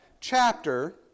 chapter